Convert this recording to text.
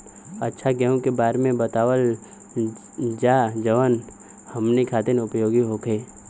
अच्छा गेहूँ के बारे में बतावल जाजवन हमनी ख़ातिर उपयोगी होखे?